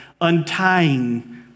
untying